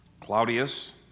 Claudius